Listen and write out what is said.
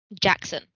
Jackson